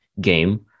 game